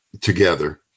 together